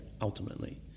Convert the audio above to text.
ultimately